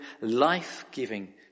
life-giving